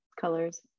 colors